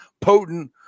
potent